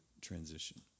transition